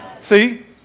See